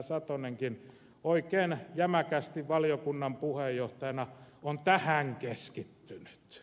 satonenkin oikein jämäkästi valiokunnan puheenjohtajana on tähän keskittynyt